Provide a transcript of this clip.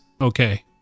okay